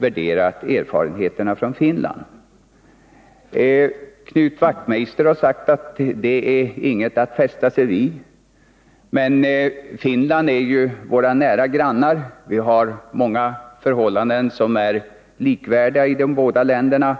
värderat erfarenheterna från Finland. Knut Wachtmeister har sagt att de inte är något att fästa sig vid. Men Finland är ju ett grannland, och många förhållanden är likvärdiga i de båda länderna.